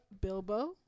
Bilbo